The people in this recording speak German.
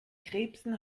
krebsen